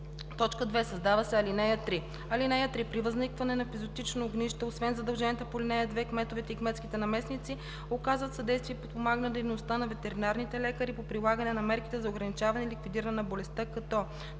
2. Създава се ал. 3: „(3) При възникване на епизоотично огнище, освен задълженията по ал. 2, кметовете и кметските наместници оказват съдействие и подпомагат дейността на ветеринарните лекари по прилагане на мерките за ограничаване и ликвидиране на болестта, като: